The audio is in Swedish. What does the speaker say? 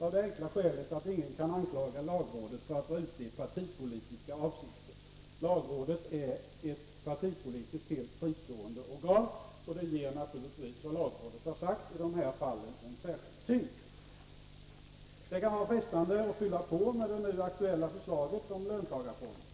av det enkla skälet att ingen kan anklaga lagrådet för att vara ute i partipolitiska avsikter. Lagrådet är ett partipolitiskt helt fristående organ, och det ger naturligtvis vad lagrådet har sagt i de här fallen en särskild tyngd. Det kan vara frestande att fylla på med det nu aktuella förslaget om löntagarfonder.